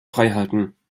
freihalten